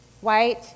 white